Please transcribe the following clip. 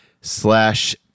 slash